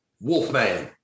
Wolfman